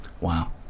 Wow